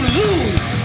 lose